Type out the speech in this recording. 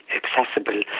accessible